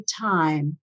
time